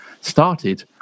started